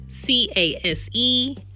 C-A-S-E